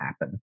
happen